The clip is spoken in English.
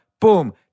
Boom